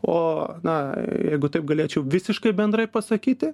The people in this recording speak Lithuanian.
o na jeigu taip galėčiau visiškai bendrai pasakyti